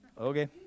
Okay